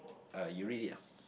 uh you read it out